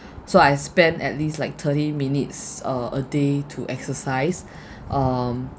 so I spend at least like thirty minutes uh a day to exercise um